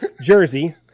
jersey